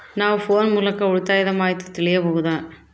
ನಾವು ಫೋನ್ ಮೂಲಕ ಉಳಿತಾಯದ ಮಾಹಿತಿ ತಿಳಿಯಬಹುದಾ?